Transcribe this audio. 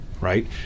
right